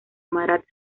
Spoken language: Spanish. marat